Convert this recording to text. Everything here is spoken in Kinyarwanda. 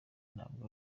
ntabwo